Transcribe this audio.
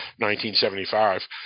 1975